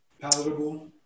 palatable